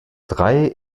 drei